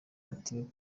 batiga